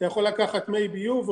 אתה יכול לקחת מי ביוב,